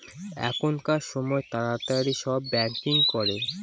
এখনকার সময় তাড়াতাড়ি সব ব্যাঙ্কিং করে